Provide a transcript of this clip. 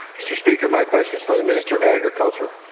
mr. speaker, my question is for the minister of agriculture.